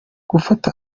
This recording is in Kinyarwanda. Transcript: gufata